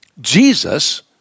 Jesus